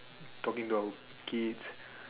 talking to our kids